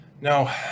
No